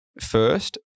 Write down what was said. first